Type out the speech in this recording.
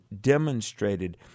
demonstrated